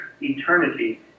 eternity